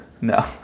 No